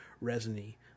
resiny